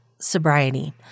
sobriety